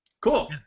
Cool